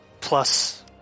plus